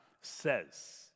says